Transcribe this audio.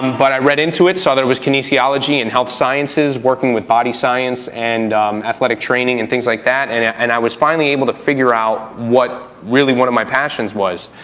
but i read into it, saw that it was kinesiology and health sciences, working with body science, and athletic training and things like that and and i was finally able to figure out what really one of my passions was,